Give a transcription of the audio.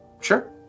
Sure